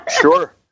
Sure